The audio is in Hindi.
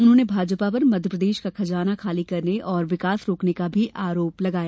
उन्होंने भाजपा पर मध्यप्रदेश का खजाना खाली करने और विकास रोकने का भी आरोप लगाया